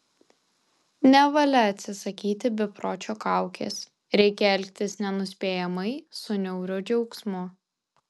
nevalia atsisakyti bepročio kaukės reikia elgtis nenuspėjamai su niauriu džiaugsmu